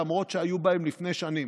למרות שהיו בהם לפני שנים.